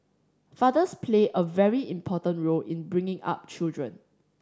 fathers play a very important role in bringing up children